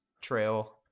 Trail